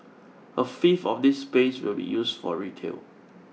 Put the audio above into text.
a fifth of this space will be used for retail